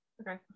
Okay